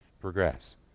progress